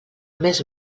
més